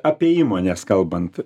apie įmones kalbant